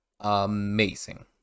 amazing